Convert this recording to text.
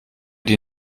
die